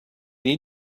need